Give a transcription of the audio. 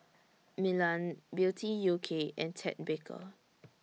Milan Beauty U K and Ted Baker